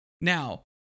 Now